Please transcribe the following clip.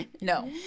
No